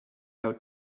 out